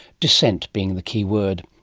descent being the key word.